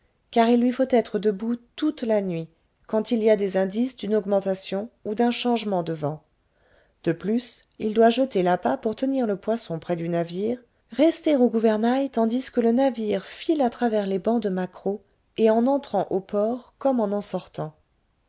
car il lui faut être debout toute la nuit quand il y a des indices d'une augmentation ou d'un changement de vent de plus il doit jeter l'appât pour tenir le poisson près du navire rester au gouvernail tandis que le navire file à travers les bancs de maquereaux et en entrant au port comme en en sortant